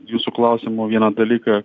jūsų klausimo vieną dalyką